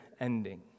ending